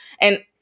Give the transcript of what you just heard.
And-